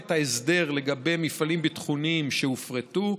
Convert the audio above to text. את ההסדר לגבי מפעלים ביטחוניים שהופרטו,